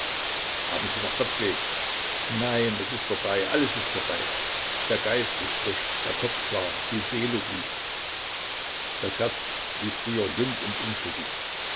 haben sie noch kopfweh nein es ist vorbei alles ist vorbei der geist ist frisch der kopf klar die seele ruhig das herz wie früher jung und unschuldig